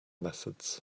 methods